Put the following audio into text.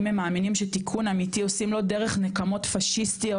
אם הם מאמינים שתיקון אמיתי עושים לא דרך נקמות פשיסטיות,